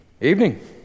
Evening